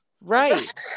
Right